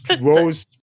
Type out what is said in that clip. Rose